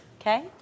Okay